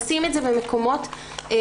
עושים את זה במקומות בעולם.